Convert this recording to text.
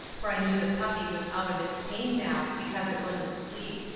for i knew the puppy was out of its pain now, because it was asleep.